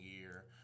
year